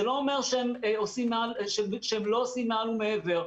זה לא אומר שהם לא עושים מעל ומעבר.